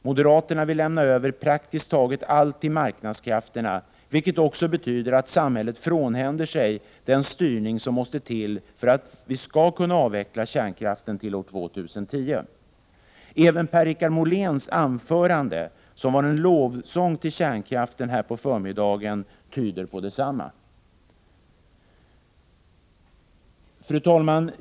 Moderaterna vill lämna över praktiskt taget allt till marknadskrafterna, vilket också betyder att samhället frånhänder sig den styrning som måste till för att vi skall kunna avveckla kärnkraften till år 2010. Även Per-Richard Moléns anförande här på förmiddagen, som var en lovsång till kärnkraften, tyder på detsamma. Fru talman!